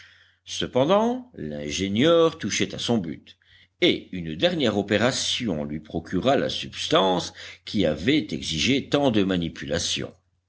cependant l'ingénieur touchait à son but et une dernière opération lui procura la substance qui avait exigé tant de manipulations